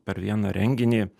per vieną renginį